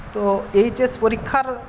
তো এইচএস পরীক্ষার